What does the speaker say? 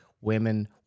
women